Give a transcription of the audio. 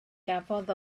gafodd